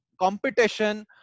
competition